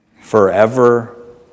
forever